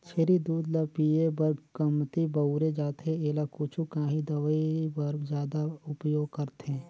छेरी दूद ल पिए बर कमती बउरे जाथे एला कुछु काही दवई बर जादा उपयोग करथे